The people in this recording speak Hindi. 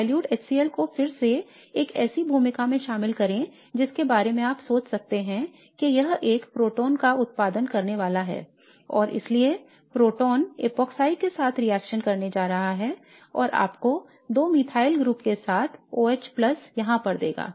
तो dilute HCl को फिर से एक ऐसी भूमिकाओं में शामिल करें जिसके बारे में आप सोच सकते हैं कि यह एक प्रोटॉन का उत्पादन करने वाला है और इसलिए प्रोटॉन एपॉक्साइड के साथ रिएक्शन करने जा रहा है और आपको दो मिथाइल समूहों के साथ OH यहां पर देगा